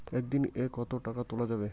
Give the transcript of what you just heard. একদিন এ কতো টাকা তুলা যাবে?